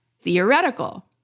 theoretical